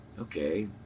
okay